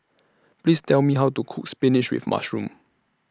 Please Tell Me How to Cook Spinach with Mushroom